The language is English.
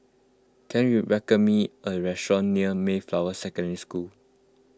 can you recommend me a restaurant near Mayflower Secondary School